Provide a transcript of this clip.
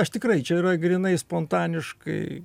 aš tikrai čia yra grynai spontaniškai